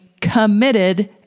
committed